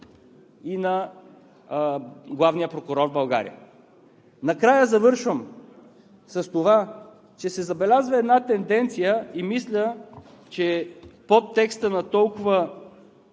на главния прокурор в България. Накрая завършвам с това, че се забелязва една тенденция и мисля, че подтекстът на толкова